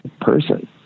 person